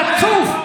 חצוף.